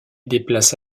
déplace